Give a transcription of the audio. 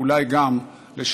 אולי גם לשלום.